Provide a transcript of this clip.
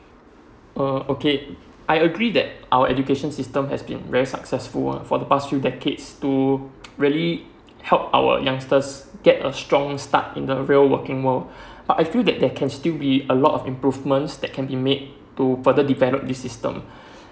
err okay I agree that our education has been really successful for the past few decades to really help our youngsters get a strong start in the real working world but I feel that there can be still a lot of improvements that can be made to further develop the system